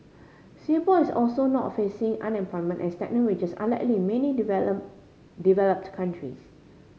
Singapore is also not facing unemployment and stagnant wages unlike many developed countries